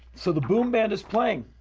so the boom band is playing.